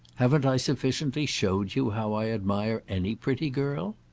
haven't i sufficiently showed you how i admire any pretty girl?